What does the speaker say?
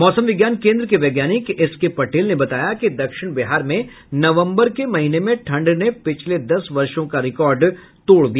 मौसम विज्ञान केन्द्र के वैज्ञानिक एस के पटेल ने बताया कि दक्षिण बिहार में नवम्बर के महीने में ठंड ने पिछले दस वर्षों का रिकॉर्ड तोड़ दिया